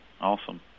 awesome